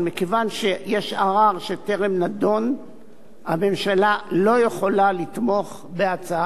מכיוון שיש ערר שטרם נדון הממשלה לא יכולה לתמוך בהצעת החוק.